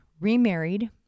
remarried